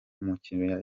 umukiriya